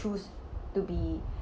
choose to be